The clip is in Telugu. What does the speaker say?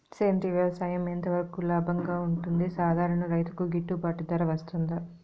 సేంద్రియ వ్యవసాయం ఎంత వరకు లాభంగా ఉంటుంది, సాధారణ రైతుకు గిట్టుబాటు ధర వస్తుందా?